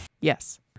Yes